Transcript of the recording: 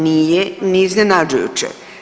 Nije ni iznenađujuće.